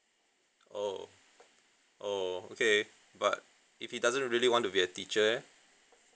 oh oh okay but if he doesn't really want to be a teacher eh